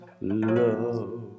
love